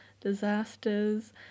disasters